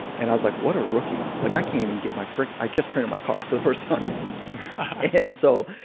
and i was like, what a rookie. like i can't even get my frickin', i just printed my cards for the firs time and so,